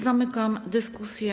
Zamykam dyskusję.